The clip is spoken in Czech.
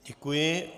Děkuji.